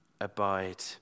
Abide